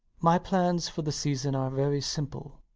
my plans for the season are very simple.